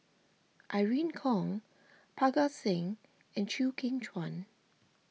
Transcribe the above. Irene Khong Parga Singh and Chew Kheng Chuan